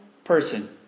Person